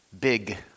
big